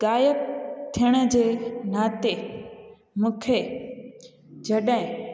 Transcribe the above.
गायक थियण जे नाते मूंखे जॾहिं